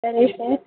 సరే సార్